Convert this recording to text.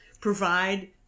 provide